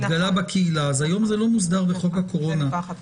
התגלה בקהילה - היום זה לא מוסדר בחוק הקורונה.